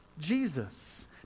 Jesus